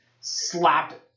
slapped